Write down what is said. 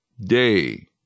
day